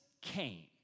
came